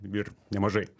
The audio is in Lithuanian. ir nemažai